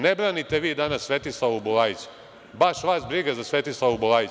Ne branite vi danas Svetislavu Bulajić, baš vas briga za Svetislavu Bulajić.